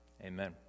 Amen